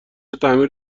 تعمیر